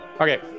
okay